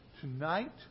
Tonight